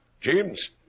James